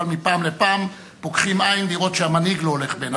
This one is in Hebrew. אבל מפעם לפעם פוקחים עיניים לראות שהמנהיג לא הולך בעיניים עצומות.